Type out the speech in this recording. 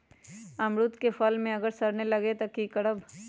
अमरुद क फल म अगर सरने लगे तब की करब?